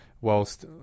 whilst